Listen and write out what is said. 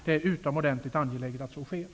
Det är utomordentligt angeläget att så sker.